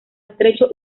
estrecho